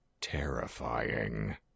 terrifying